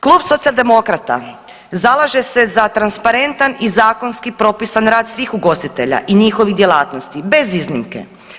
Klub Socijaldemokrata zalaže se za transparentan i zakonski propisan rad svih ugostitelja i njihovih djelatnosti bez iznimke.